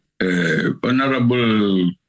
Honorable